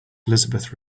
elizabeth